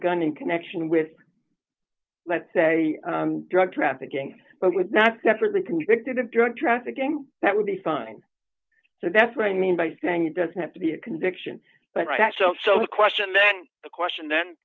gun in connection with let's say drug trafficking but with not separately convicted of drug trafficking that would be fine so that's what i mean by saying it doesn't have to be a conviction so the question then the question then